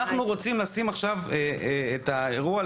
אנחנו רוצים לשים עכשיו את האירוע,